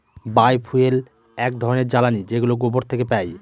বায় fuel এক ধরনের জ্বালানী যেগুলো গোবর থেকে পাই